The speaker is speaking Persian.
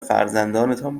فرزندانتان